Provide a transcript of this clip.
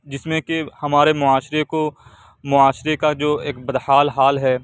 جس میں کہ ہمارے معاشرے کو معاشرے كا جو ایک بد حال حال ہے